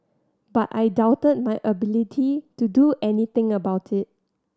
but I doubted my ability to do anything about it